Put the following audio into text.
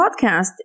podcast